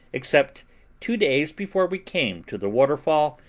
except two days before we came to the waterfall,